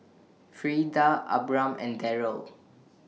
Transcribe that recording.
Freida Abram and Derald